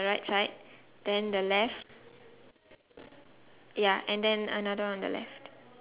right